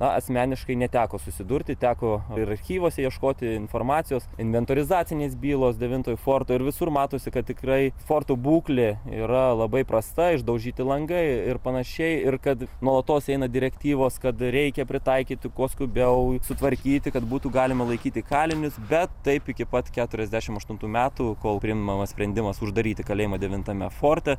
na asmeniškai neteko susidurti teko ir archyvuose ieškoti informacijos inventorizacinės bylos devintojo forto ir visur matosi kad tikrai forto būklė yra labai prasta išdaužyti langai ir panašiai ir kad nuolatos eina direktyvos kad reikia pritaikyti kuo skubiau sutvarkyti kad būtų galima laikyti kalinius bet taip iki pat keturiasdešim aštuntų metų kol priimamas sprendimas uždaryti kalėjimą devintame forte